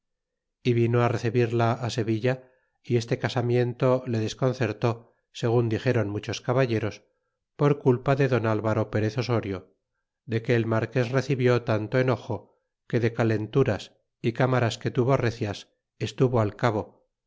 y vino á recebit la á sevilla y este casamiento le desconcertó segun dixéron muchos caballeros por culpa de don alvaro perez osorio de que el marques recibió tanto enojo que de calenturas y cámaras que tuvo recias estuvo al cabo